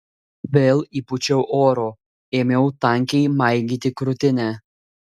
vėl įpūčiau oro ėmiau tankiai maigyti krūtinę